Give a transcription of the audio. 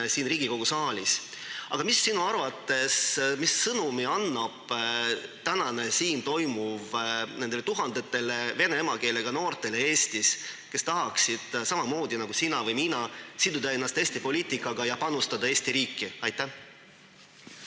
siin Riigikogu saalis. Aga mis sina arvad, mis sõnumi annab täna siin toimuv nendele tuhandetele vene emakeelega noortele Eestis, kes tahaksid samamoodi nagu sina või mina siduda ennast Eesti poliitikaga ja panustada Eesti riiki? Aitäh,